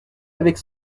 avec